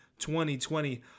2020